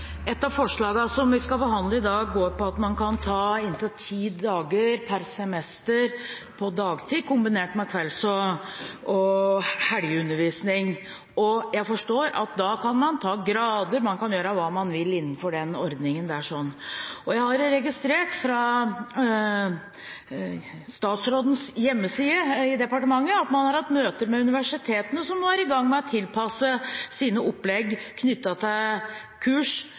Et av forslagene som vi skal behandle i dag, går på at man kan ta inntil ti dager per semester på dagtid, kombinert med kvelds- og helgeundervisning. Jeg forstår at da kan man ta grader, man kan gjøre hva man vil innenfor den ordningen. Jeg har på statsrådens hjemmeside i departementet registrert at man har hatt møter med universitetene, som nå er i gang med å tilpasse